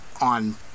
on